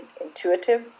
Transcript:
intuitive